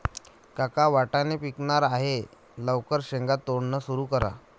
काका वाटाणे पिकणार आहे लवकर शेंगा तोडणं सुरू करा